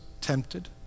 tempted